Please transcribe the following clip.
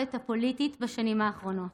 המערבולת הפוליטית בשנים האחרונות,